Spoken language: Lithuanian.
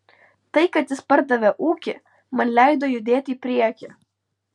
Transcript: tai kad jis pardavė ūkį man leido judėti į priekį